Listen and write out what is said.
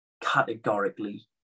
categorically